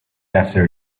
after